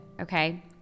okay